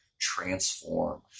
transform